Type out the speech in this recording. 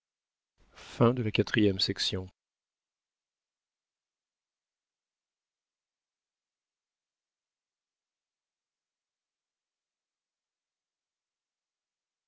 voici la quatrième